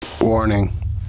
Warning